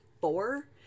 four